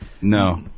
No